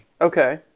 Okay